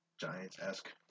Giants-esque